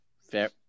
Fair